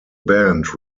band